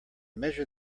measure